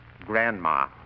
grandma